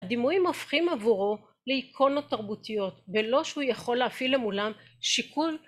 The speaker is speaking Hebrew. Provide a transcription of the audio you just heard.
הדימויים הופכים עבורו לאיקונות תרבותיות ולא שהוא יכול להפעיל למולם שיקול